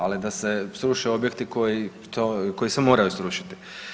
Ali da se sruše objekti koji to, koji se moraju srušiti.